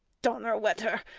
donnerwetter,